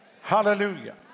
Hallelujah